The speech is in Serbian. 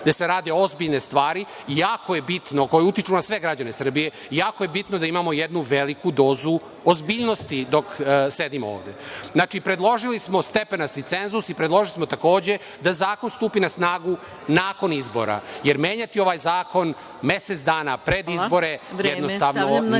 gde se rade ozbiljne stvari koje utiču na sve građane Srbije i jako je bitno da imamo jednu veliku dozu ozbiljnosti dok sedimo ovde. Znači, predložili smo stepenasti cenzus i predložili smo takođe da zakon stupi na snagu nakon izbora, jer menjati ovaj zakon mesec dana pred izbore jednostavno nije